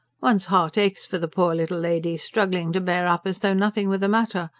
one's heart aches for the poor little lady, struggling to bear up as though nothing were the matter.